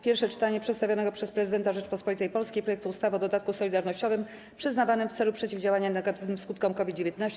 Pierwsze czytanie przedstawionego przez Prezydenta Rzeczypospolitej Polskiej projektu ustawy o dodatku solidarnościowym przyznawanym w celu przeciwdziałania negatywnym skutkom COVID-19.